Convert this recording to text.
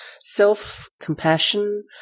self-compassion